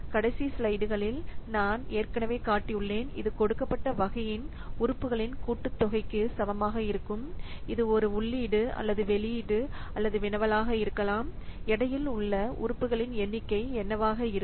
கடைசி ஸ்லைடுகளில் நான் ஏற்கனவே காட்டியுள்ளேன் இது கொடுக்கப்பட்ட வகையின் உறுப்புகளின் கூட்டுத்தொகைக்கு சமமாக இருக்கும் இது ஒரு உள்ளீடு அல்லது வெளியீடு அல்லது வினவலாக இருக்கலாம் எடையில் உள்ள உறுப்புகளின் எண்ணிக்கை என்னவாக இருக்கும்